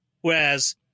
Whereas